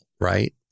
Right